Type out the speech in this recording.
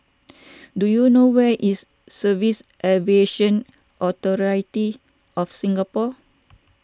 do you know where is Civils Aviation Authority of Singapore